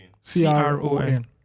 c-r-o-n